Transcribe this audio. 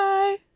Bye